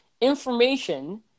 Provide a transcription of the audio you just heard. information